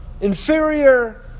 inferior